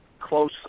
close